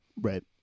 Right